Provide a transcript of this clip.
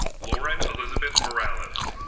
lauren elizabeth morales